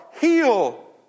heal